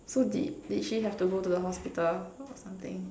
so did did she have to go to the hospital or something